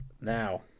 Now